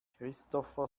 christopher